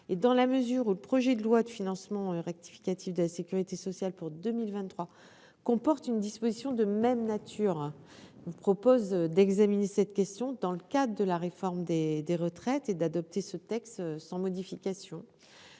Dans la mesure où le projet de loi de financement rectificative de la sécurité sociale pour 2023 comporte une disposition de même nature, je vous propose, mon cher collègue, d'examiner cette question dans le cadre de la réforme des retraites à venir et d'adopter le présent texte sans modification.